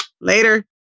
Later